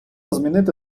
змінити